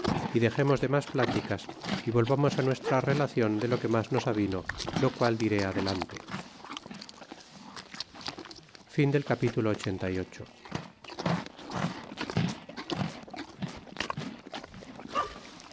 e dexemos de mas pláticas é volvamos nuestra relacion de lo que mas nos avino lo qual diré adelante capitulo